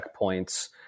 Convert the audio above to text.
checkpoints